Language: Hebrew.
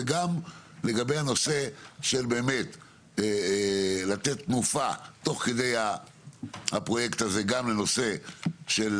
וגם לגבי הנושא של לתת תנופה תוך כדי הפרויקט הזה גם לנושא של